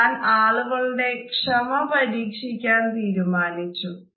ഞാൻ ആളുകളുടെ ക്ഷമ പരീക്ഷിക്കാൻ തീരുമാനിച്ചു